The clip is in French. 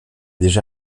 déjà